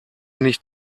nicht